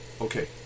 okay